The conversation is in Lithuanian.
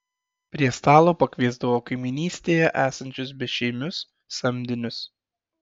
prie stalo pakviesdavo kaimynystėje esančius bešeimius samdinius